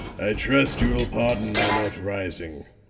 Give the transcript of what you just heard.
i trust you will pardon my not rising.